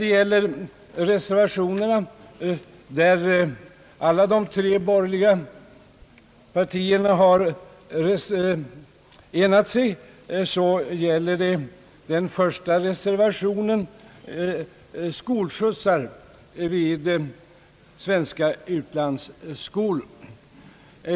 I två reservationer har alla de tre borgerliga partierna enat sig. Den första reservationen gäller skolskjutsar vid svenska utlandsskolor.